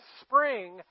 spring